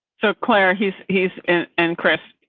so, claire, he's he's and chris,